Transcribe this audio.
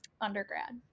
undergrad